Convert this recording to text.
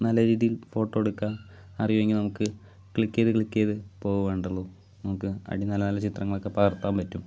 നല്ല രീതിയിൽ ഫോട്ടോ എടുക്കാം അറിയുമെങ്കിൽ നമുക്ക് ക്ലിക്ക് ചെയ്ത് ക്ലിക്ക് ചെയ്ത് പോകേണ്ടതുള്ളൂ നമുക്ക് അതിൽ നല്ല നല്ല ചിത്രങ്ങളൊക്കെ പകർത്താൻ പറ്റും